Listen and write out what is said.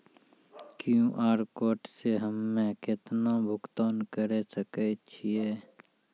QR code से हम्मय केतना भुगतान करे सके छियै?